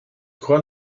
croit